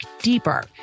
deeper